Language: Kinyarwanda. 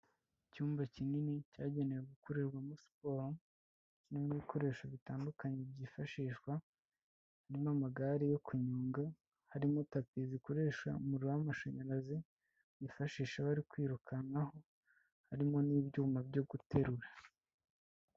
Icyumba kinini cyagenewe gukorerwamo siporo kirimo ibikoresho bitandukanye byifashishwa n'amagare yo kunyonga, harimo tapi zikoresha umuriro w'amashanyarazi bifashisha bari kwirukankaho harimo n'ibyuma byo guterura.